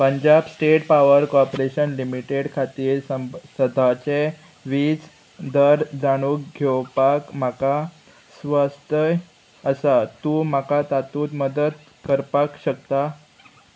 Punjab state power corporation limited खातीर सदाचे वीज दर जाणूक घेवपाक म्हाका स्वस्तय आसा तूं म्हाका तातूंत मदत करपाक शकता